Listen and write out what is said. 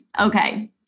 Okay